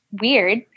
weird